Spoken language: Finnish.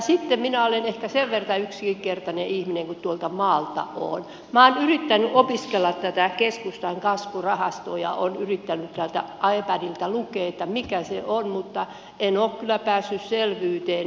sitten minä olen ehkä sen verran yksinkertainen ihminen kun tuolta maalta olen minä olen yrittänyt opiskella tätä keskustan kasvurahastoa ja olen yrittänyt täältä ipadilta lukea mikä se on mutta en ole kyllä päässyt selvyyteen